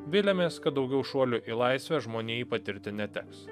viliamės kad daugiau šuolių į laisvę žmonijai patirti neteks